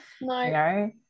No